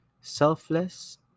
selfless